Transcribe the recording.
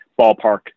ballpark